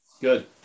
Good